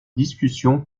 discussion